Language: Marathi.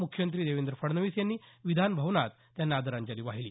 मुख्यमंत्री देवेंद्र फडणवीस यांनी विधानभवनात त्यांना आदरांजली वाहिली